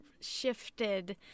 shifted